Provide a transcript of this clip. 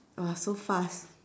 !wah! so fast